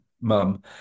mum